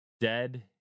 dead